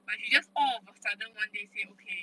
like she just all of a sudden one day say okay